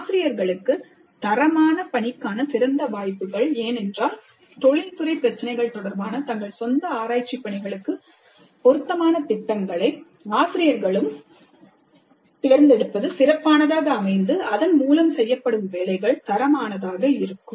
ஆசிரியர்களுக்கு தரமான பணிக்கான சிறந்த வாய்ப்புகள் ஏனென்றால் தொழிற்துறை பிரச்சினைகள் தொடர்பான தங்கள் சொந்த ஆராய்ச்சி பணிகளுக்கு பொருத்தமான திட்டங்களை ஆசிரியர்களும் தேர்ந்தெடுப்பது சிறப்பானதாக அமைந்து அதன் மூலம் செய்யப்படும் வேலைகள் தரமானதாக இருக்கும்